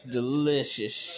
Delicious